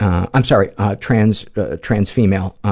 i'm sorry trans ah trans female.